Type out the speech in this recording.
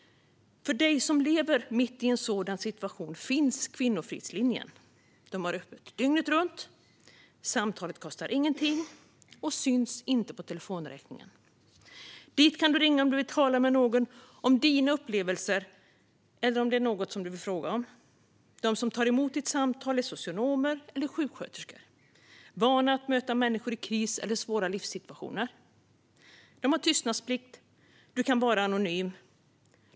För dig som lever mitt i en sådan situation finns Kvinnofridslinjen. Den har öppet dygnet runt. Samtalet kostar ingenting och syns inte på telefonräkningen. Dit kan du ringa om du vill tala med någon om dina upplevelser eller om det är något som du vill fråga om. De som tar emot ditt samtal är socionomer eller sjuksköterskor, vana att möta människor i kris eller svåra livssituationer. De har tystnadsplikt. Du kan vara anonym.